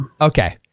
okay